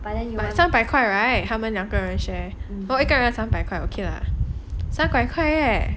but 三百块 right 他们两个人 share so 一个人三百块 okay lah 三百块 leh